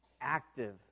active